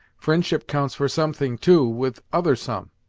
fri'ndship counts for something, too, with other some.